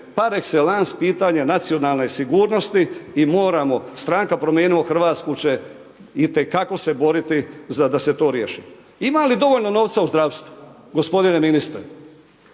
parekselans pitanje nacionalne sigurnosti i moramo, stranka Promijenimo Hrvatsku će itekako se boriti da se to riješi. Ima li dovoljno novca u zdravstvu gospodine ministre?